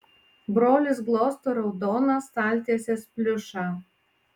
brolis glosto raudoną staltiesės pliušą